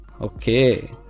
okay